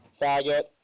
faggot